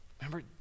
Remember